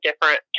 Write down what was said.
different